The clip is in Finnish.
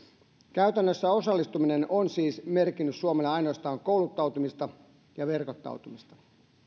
käytännössä osallistuminen on siis merkinnyt suomelle ainoastaan kouluttautumista ja verkottautumista